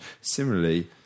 Similarly